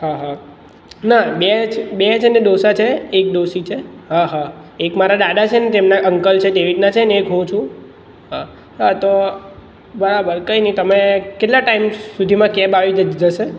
હા હા ના બે જ બે જણ ડોશા છે એક ડોશી છે હા હા એક મારા દાદા છેને તેમના અંકલ છે તેવી રીતના છે ને એક હું છું હં હા તો બરાબર કોઈ નહીં તમે કેટલા ટાઈમ સુધીમાં કેબ આવી જશે